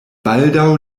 baldaŭ